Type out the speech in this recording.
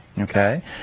Okay